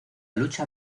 lucha